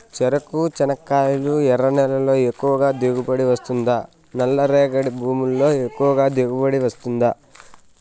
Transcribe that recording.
చెరకు, చెనక్కాయలు ఎర్ర నేలల్లో ఎక్కువగా దిగుబడి వస్తుందా నల్ల రేగడి భూముల్లో ఎక్కువగా దిగుబడి వస్తుందా